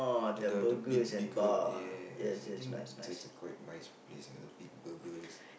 the the the big burger yes I think that's a quite nice place the big burgers